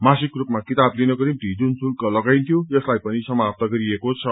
मासिक रूपमा किताब लिनको निम्ति जुन शुल्क लाग्दथ्यो यसलाई पनि समाप्त गरिएको छ